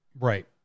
Right